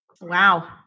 Wow